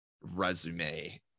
resume